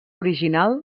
original